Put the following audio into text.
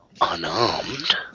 unarmed